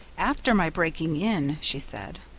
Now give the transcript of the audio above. after my breaking in, she said,